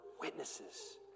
witnesses